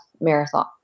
marathon